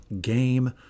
game